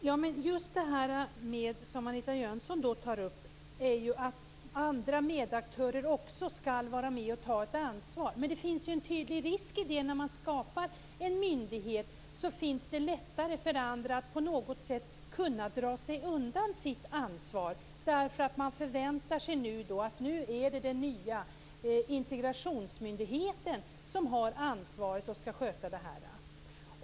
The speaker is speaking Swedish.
Fru talman! Just det som Anita Jönsson tar upp är att andra medaktörer också skall vara med och ta ett ansvar. Men det finns en tydlig risk i det. När man skapar en myndighet är det lättare för andra att kunna dra sig undan sitt ansvar. Man förväntar sig nu att det är den nya integrationsmyndigheten som har ansvaret och som skall sköta det här.